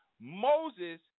Moses